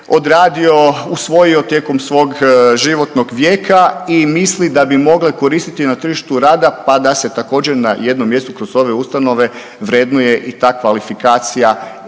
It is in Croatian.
odradio, usvojio tijekom svog životnog vijeka i misli da bi mogle koristiti na tržištu rada, pa da se također, na jednom mjestu, kroz ove ustanove vrednuje i ta kvalifikacija,